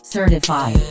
Certified